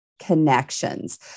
connections